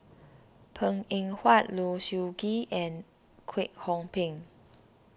Png Eng Huat Low Siew Nghee and Kwek Hong Png